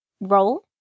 roll